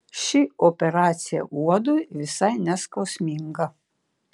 ši operacija uodui visai neskausminga